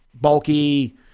bulky